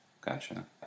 Gotcha